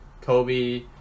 Kobe